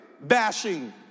bashing